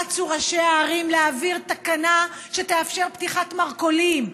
רצו ראשי הערים להעביר תקנה שתאפשר פתיחת מרכולים,